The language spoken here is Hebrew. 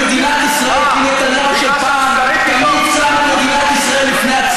האם יש עבירה שאתה לא שליח לדברה,